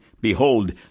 behold